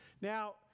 Now